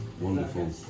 wonderful